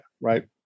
right